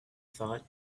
thought